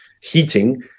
heating